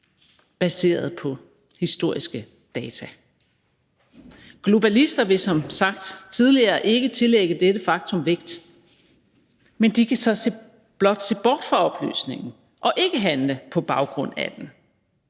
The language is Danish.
baseret på historiske data. Globalister vil – som sagt tidligere – ikke tillægge dette faktum vægt, men de kan så blot se bort fra oplysningen og ikke handle på baggrund af den.